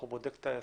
הוא בודק את העסק,